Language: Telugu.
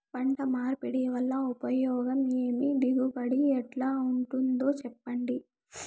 పంట మార్పిడి వల్ల ఉపయోగం ఏమి దిగుబడి ఎట్లా ఉంటుందో చెప్పండి?